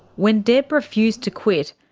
when deb refused to quit,